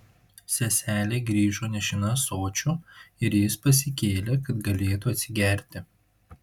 seselė grįžo nešina ąsočiu ir jis pasikėlė kad galėtų atsigerti